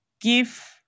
give